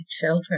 children